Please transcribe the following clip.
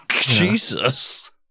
Jesus